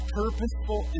purposeful